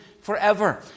forever